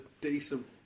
decent